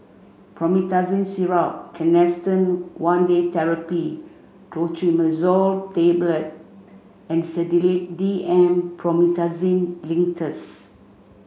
Promethazine Syrup Canesten One Day Therapy Clotrimazole Tablet and Sedilix D M Promethazine Linctus